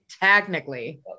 technically